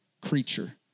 creature